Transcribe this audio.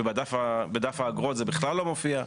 ובדף האגרות זה בכלל לא מופיע.